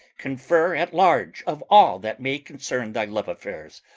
confer at large of all that may concern thy love affairs.